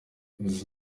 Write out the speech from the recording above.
izi